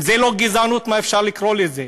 אם זו לא גזענות, איך אפשר לקרוא לזה?